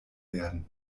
werden